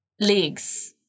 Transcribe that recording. legs